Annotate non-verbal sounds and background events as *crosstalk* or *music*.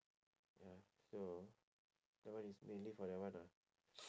ya so that one is mainly for that one ah *noise*